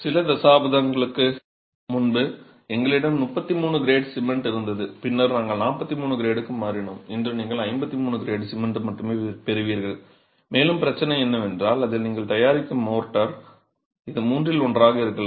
சில தசாப்தங்களுக்கு முன்பு எங்களிடம் 33 கிரேடு சிமென்ட் இருந்தது பின்னர் நாங்கள் 43 கிரேடுக்கு மாறினோம் இன்று நீங்கள் 53 கிரேடு சிமென்ட் மட்டுமே பெறுவீர்கள் மேலும் பிரச்சனை என்னவென்றால் அதில் நீங்கள் தயாரிக்கும் மோர்டார் இது மூன்றில் ஒன்றாக இருக்கலாம்